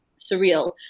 surreal